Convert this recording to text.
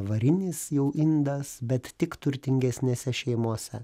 varinis jau indas bet tik turtingesnėse šeimose